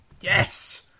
Yes